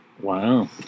Wow